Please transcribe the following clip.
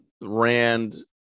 Rand